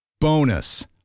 Bonus